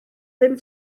ddim